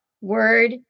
word